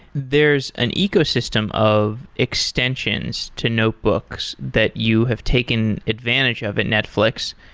there's an ecosystem of extensions to notebooks that you have taken advantage of in netflix.